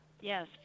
Yes